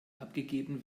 abgegeben